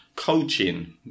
coaching